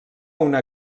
una